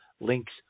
Links